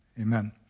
amen